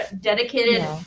dedicated